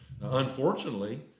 Unfortunately